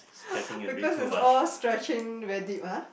because it's all stretching very deep ah